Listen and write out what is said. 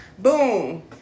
Boom